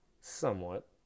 Somewhat